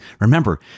remember